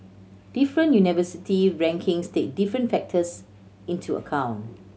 different university rankings take different factors into account